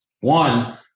One